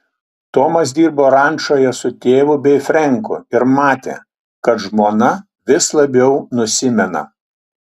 tomas dirbo rančoje su tėvu bei frenku ir matė kad žmona vis labiau nusimena